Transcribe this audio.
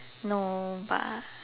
no bah